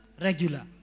regular